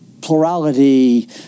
plurality